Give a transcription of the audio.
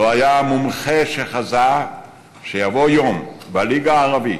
לא היה מומחה שחזה שיבוא יום והליגה הערבית,